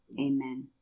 Amen